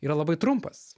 yra labai trumpas